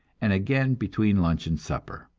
and again between lunch and supper.